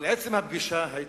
אבל עצם הפגישה היה